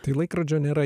tai laikrodžio nėra